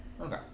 Okay